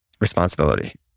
responsibility